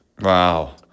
Wow